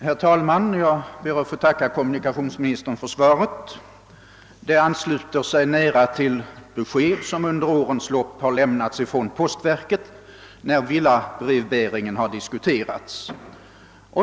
Herr talman! Jag ber att få tacka kommunikationsministern för svaret. Det ansluter sig nära till de besked som under årens lopp har lämnats från postverket när villabrevbäringen har diskuterats.